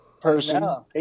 person